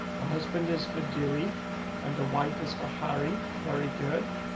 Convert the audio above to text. husband is for dairy and the wife is for harry. very good.